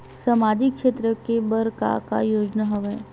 सामाजिक क्षेत्र के बर का का योजना हवय?